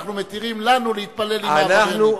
אנחנו מתירים לנו להתפלל עם העבריינים.